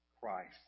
Christ